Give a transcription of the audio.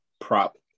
prop